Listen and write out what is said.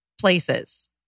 places